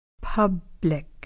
Public